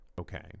okay